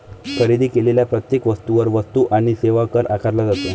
खरेदी केलेल्या प्रत्येक वस्तूवर वस्तू आणि सेवा कर आकारला जातो